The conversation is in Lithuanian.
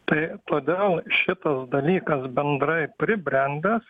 tai todėl šitas dalykas bendrai pribrendęs